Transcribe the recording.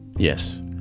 Yes